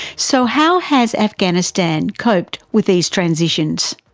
so how has afghanistan coped with these transitions?